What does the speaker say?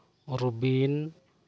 Robin